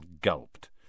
gulped